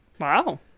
Wow